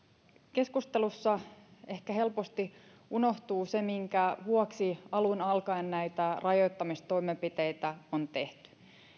keskustelussa ehkä helposti unohtuu se minkä vuoksi alun alkaen näitä rajoittamistoimenpiteitä on tehty